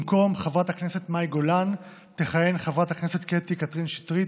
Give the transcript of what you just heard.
במקום חברת הכנסת מאי גולן תכהן חברת הכנסת קטי קטרין שטרית,